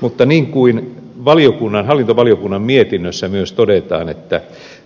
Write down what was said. mutta niin kuin hallintovaliokunnan mietinnössä myös todetaan